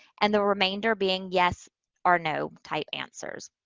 and the remainder being yes or no type answers.